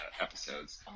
episodes